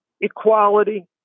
equality